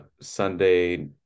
Sunday